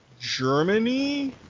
Germany